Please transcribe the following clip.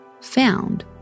found